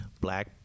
black